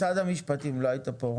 לא היית פה,